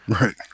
Right